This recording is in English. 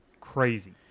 crazy